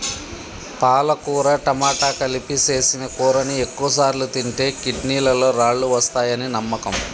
పాలకుర టమాట కలిపి సేసిన కూరని ఎక్కువసార్లు తింటే కిడ్నీలలో రాళ్ళు వస్తాయని నమ్మకం